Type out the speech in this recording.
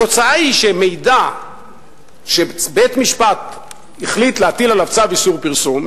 התוצאה היא שמידע שבית-משפט החליט להטיל עליו צו איסור פרסום,